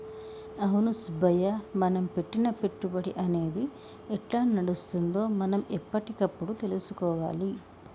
అవును సుబ్బయ్య మనం పెట్టిన పెట్టుబడి అనేది ఎట్లా నడుస్తుందో మనం ఎప్పటికప్పుడు తెలుసుకోవాలి